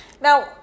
Now